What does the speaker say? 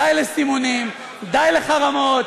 די לסימונים, די לחרמות,